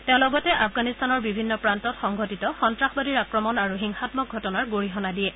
তেওঁ লগতে আফগানিস্তানৰ বিভিন্ন প্ৰান্তত সংঘটিত সন্তাসবাদীৰ আক্ৰমণ আৰু হিংসাম্মক ঘটনাৰ গৰিহণা দিয়ে